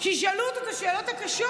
שישאלו אותו את השאלות הקשות.